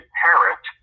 parrot